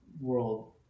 world